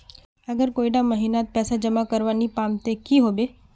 अगर कोई डा महीनात पैसा जमा करवा नी पाम ते की होबे?